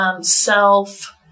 self